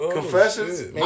Confessions